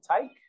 take